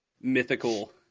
mythical